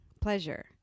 pleasure